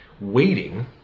waiting